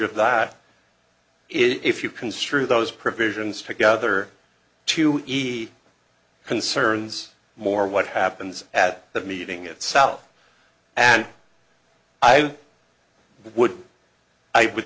of that if you construe those provisions together to be concerns more what happens at the meeting itself and i would i would